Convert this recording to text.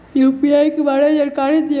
UPI के बारे में जानकारी दियौ?